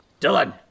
Dylan